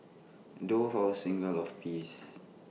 doves are A symbol of peace